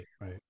right